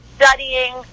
studying